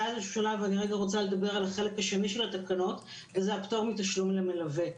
אני רגע רוצה לדבר על החלק השני של התקנות וזה הפטור מתשלום למלווה.